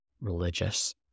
religious